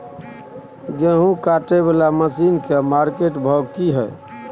गेहूं काटय वाला मसीन के मार्केट भाव की हय?